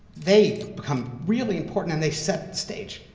they become really important, and they set the stage.